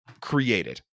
created